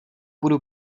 budu